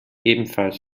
ebenfalls